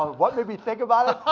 what made me think about it?